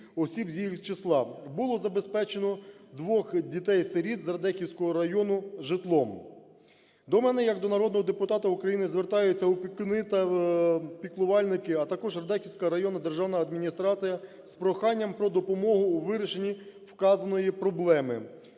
було забезпечено двох дітей-сиріт зРадехівського району житлом. До мене як до народного депутата України звертаються опікуни та піклувальники, а такожРадехівська районна державна адміністрація з проханням про допомогу у вирішенні вказаної проблеми.